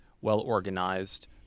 well-organized